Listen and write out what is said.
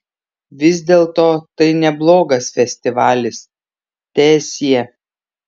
vis dėlto tai neblogas festivalis teesie